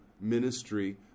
ministry